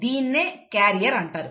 దీనిని క్యారియర్ అంటారు